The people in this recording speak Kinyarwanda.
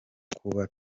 kuba